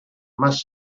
más